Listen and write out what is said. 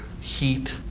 heat